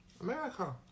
America